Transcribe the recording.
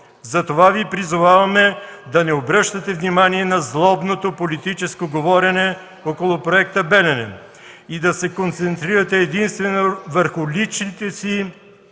Затова Ви призоваваме да не обръщате внимание на злобното политическо говорене около проекта „Белене” и да се концентрирате единствено върху личните си